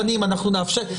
אנחנו נאפשר.